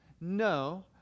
No